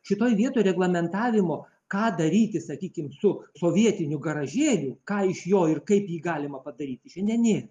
šitoj vietoj reglamentavimo ką daryti sakykim su sovietiniu garažėliu ką iš jo ir kaip galima padaryti šiandien nėr